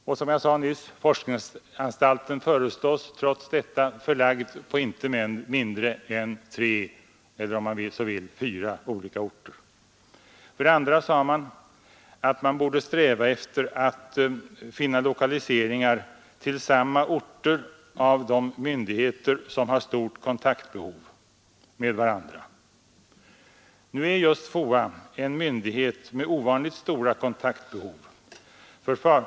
Som jag nyss sade föreslås forskningsanstalten trots detta förlagd till inte mindre än tre eller om man så vill fyra olika orter. För det andra hette det att man borde sträva efter att finna lokaliseringar till samma orter för de myndigheter som har stort kontaktbehov med varandra. FOA är just en myndighet med ovanligt stora kontaktbehov.